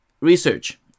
research